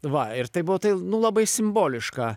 va ir tai buvo tai nu labai simboliška